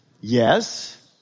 yes